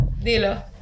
dilo